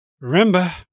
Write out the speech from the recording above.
Remember